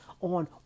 on